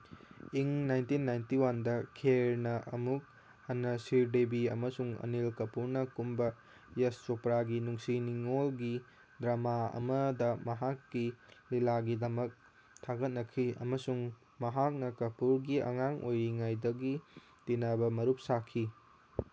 ꯏꯪ nineteen ninety ꯋꯥꯟꯗ ꯈꯦꯔꯅ ꯑꯃꯨꯛ ꯍꯟꯅ ꯁ꯭ꯔꯤꯗꯦꯕꯤ ꯑꯃꯁꯨꯡ ꯑꯅꯤꯜ ꯀꯥꯄꯨꯔꯅ ꯀꯨꯝꯕ ꯌꯁ ꯆꯣꯄ꯭ꯔꯥꯒꯤ ꯅꯨꯡꯁꯤ ꯅꯨꯉꯣꯜꯒꯤ ꯗ꯭ꯔꯃꯥ ꯑꯃꯗ ꯃꯍꯥꯛꯀꯤ ꯂꯤꯂꯥꯒꯤꯗꯃꯛ ꯊꯥꯒꯠꯅꯈꯤ ꯑꯃꯁꯨꯡ ꯃꯍꯥꯛꯅ ꯀꯥꯄꯨꯔꯒꯤ ꯑꯉꯥꯡ ꯑꯣꯏꯔꯤꯉꯥꯏꯗꯒꯤ ꯇꯤꯟꯅꯕ ꯃꯔꯨꯞ ꯁꯥꯈꯤ